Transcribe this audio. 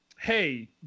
hey